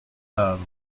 havre